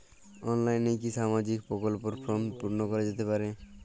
অনলাইনে কি সামাজিক প্রকল্পর ফর্ম পূর্ন করা যেতে পারে?